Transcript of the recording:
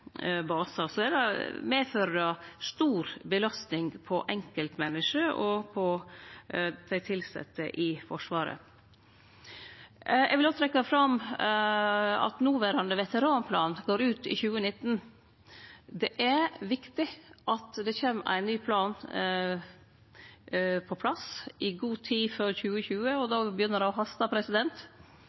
basar – medfører det stor belastning på enkeltmenneske og dei tilsette i Forsvaret. Eg vil òg trekkje fram at noverande veteranplan går ut i 2019. Det er viktig at det kjem ein ny plan på plass i god tid før 2020, og då begynnar det å